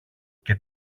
και